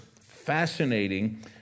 fascinating